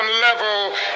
level